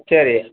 சரி